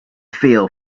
feel